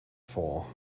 for